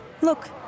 Look